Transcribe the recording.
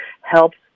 helps